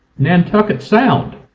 nantucket sound,